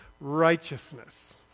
righteousness